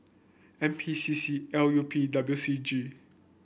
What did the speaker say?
N P C C L U P W C G